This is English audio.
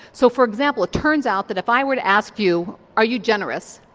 so for example it turns out that if i were to ask you are you generous,